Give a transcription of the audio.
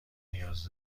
نیاز